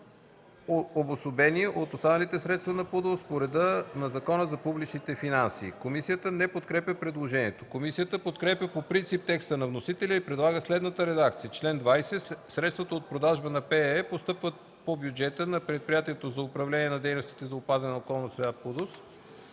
обособени от останалите средства на ПУДООС по реда на Закона за публичните финанси (ЗПФ).” Комисията не подкрепя предложението. Комисията подкрепя по принцип текста на вносителя и предлага следната редакция за чл. 20: „Чл. 20. (1) Средствата от продажбата на ПЕЕ постъпват по бюджета на Предприятието за управление на дейностите по опазване на околната среда (ПУДООС).